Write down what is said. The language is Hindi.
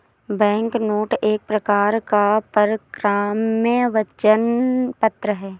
बैंकनोट एक प्रकार का परक्राम्य वचन पत्र है